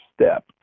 step